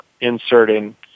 inserting